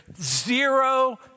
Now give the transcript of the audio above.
zero